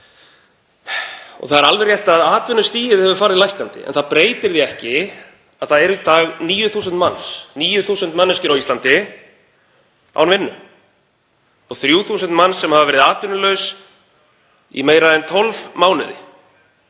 Það er alveg rétt að atvinnustigið hefur farið lækkandi en það breytir því ekki að í dag eru 9.000 manns, 9.000 manneskjur á Íslandi, án vinnu og 3.000 manns sem hafa verið atvinnulaus í meira en 12 mánuði.